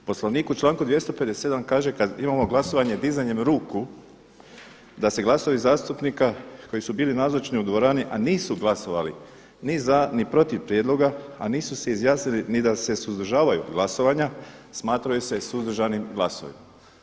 Poslovnik u članku 257. kaže kada imamo glasovanje dizanjem ruku da se glasovi zastupnika koji su bili nazočni u dvorani, a nisu glasovali ni za ni protiv prijedloga, a nisu se izjasnili ni da su suzdržavaju glasovanja, smatraju se suzdržanim glasovima.